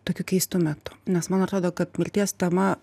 tokiu keistu metu nes man atrodo kad mirties tema